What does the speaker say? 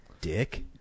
Dick